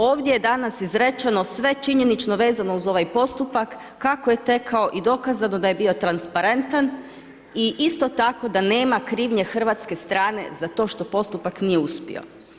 Ovdje je danas izrečeno sve činjenično vezano uz ovaj postupak kako je tekao i dokazano da je bio transparentan i isto tako da nema krivnje s hrvatske strane za to što postupak nije uspio.